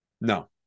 No